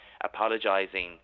apologising